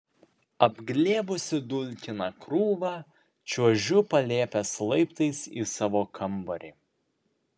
apglėbusi dulkiną krūvą čiuožiu palėpės laiptais į savo kambarį